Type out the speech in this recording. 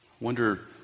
wonder